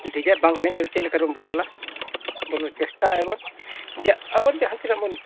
DJ ᱵᱟᱝ ᱮᱱᱮᱡ ᱠᱟᱛᱮᱫ ᱪᱮᱫ ᱞᱮᱠᱟ ᱨᱮᱢ ᱵᱚᱫᱚᱞᱟ ᱟᱵᱚ ᱫᱚ ᱪᱮᱥᱴᱟᱭᱟᱵᱚᱱ ᱡᱮ ᱟᱵᱚ ᱡᱟᱦᱟᱸ ᱛᱤᱱᱟᱹᱜ ᱵᱚᱱ